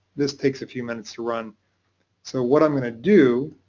this takes a few minutes to run so what i'm going to do